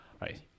right